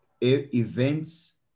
events